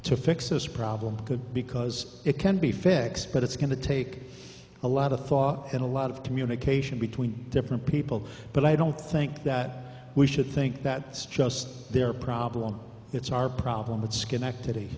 to fix this problem good because it can be fixed but it's going to take a lot of thought and a lot of communication between different people but i don't think that we should think that it's just their problem it's our problem but schenectady